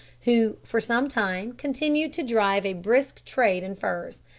who for some time continued to drive a brisk trade in furs.